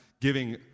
giving